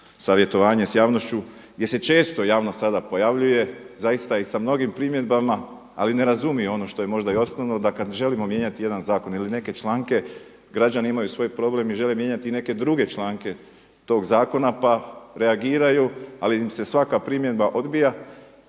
savjetovanje s javnošću gdje se često javnost sada pojavljuje zaista i sa mnogim primjedbama, ali ne razumiju ono što je možda i osnovno da kada želimo mijenjati jedan zakon ili neke članke, građani imaju svoj problem i žele mijenjati neke druge članke tog zakona pa reagiraju, ali im se svaka primjedba odbija